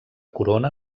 corona